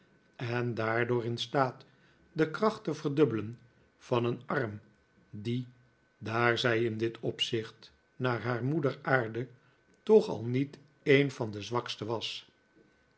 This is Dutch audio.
en daardoor in staat de kracht te verdubbelen van een arm die daar zij in dit opzicht naar haar moeder aarddej toch al niet een van de zwakste was